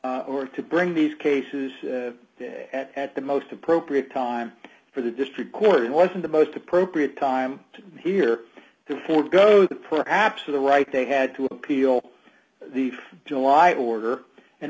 wait or to bring these cases at the most appropriate time for the district court and wasn't the most appropriate time here to forgo the perhaps of the right they had to appeal the july order and